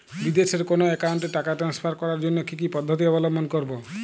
বিদেশের কোনো অ্যাকাউন্টে টাকা ট্রান্সফার করার জন্য কী কী পদ্ধতি অবলম্বন করব?